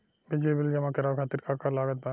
बिजली बिल जमा करावे खातिर का का लागत बा?